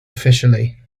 officially